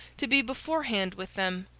to be beforehand with them,